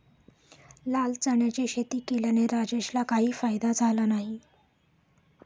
लाल चण्याची शेती केल्याने राजेशला काही फायदा झाला नाही